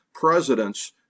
presidents